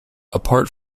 apart